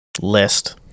list